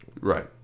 right